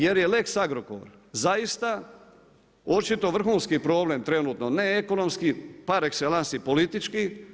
Jer je lex Agrokor zaista očito vrhunski problem trenutno, ne ekonomski, par excellence i politički.